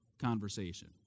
conversation